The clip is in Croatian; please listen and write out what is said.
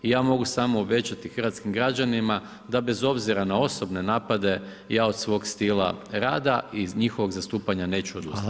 I ja mogu samo obećati hrvatskim građanima, da bez obzira na osobne napade, ja od svog stila rada i njihovog zastupanja neću odustati.